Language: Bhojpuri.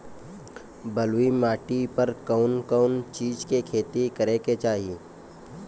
बलुई माटी पर कउन कउन चिज के खेती करे के चाही?